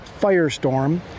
firestorm